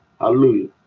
Hallelujah